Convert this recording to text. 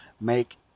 make